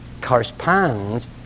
corresponds